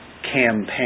campaign